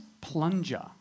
Plunger